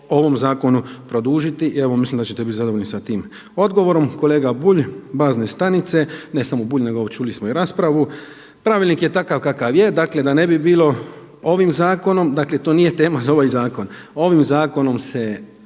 ovom Zakonu produžiti. I evo mislim da ćete bit zadovoljni sa tim odgovorom. Kolega Bulj, bazne stanice, ne samo Bulj nego čuli smo i raspravu. Pravilnik je takav kakav je, dakle da ne bi bilo ovim zakonom. Dakle, to nije tema za ovaj zakon. Ovim zakonom se